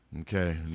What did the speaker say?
Okay